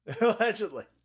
allegedly